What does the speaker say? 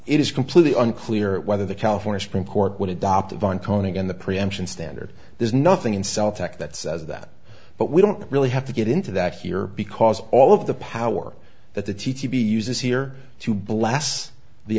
it is completely unclear whether the california supreme court would adopt of ancona in the preemption standard there's nothing in cell tech that says that but we don't really have to get into that here because all of the power that the t t p uses here to bless the